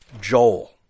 Joel